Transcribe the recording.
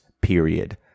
Period